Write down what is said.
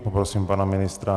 Poprosím pana ministra.